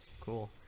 Cool